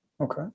okay